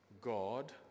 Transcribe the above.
God